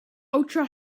ultra